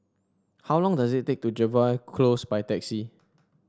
how long does it take to Jervois Close by taxi